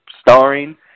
starring